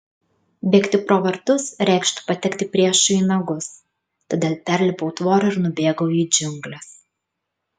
bėgti pro vartus reikštų patekti priešui į nagus todėl perlipau tvorą ir nubėgau į džiungles